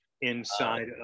inside